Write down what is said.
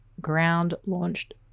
ground-launched